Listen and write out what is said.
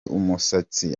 umusatsi